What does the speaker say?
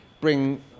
bring